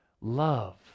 love